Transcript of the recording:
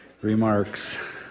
remarks